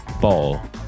ball